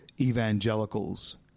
evangelicals